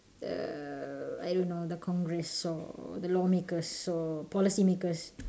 err I don't know the congress or the law makers or policy makers